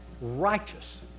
righteous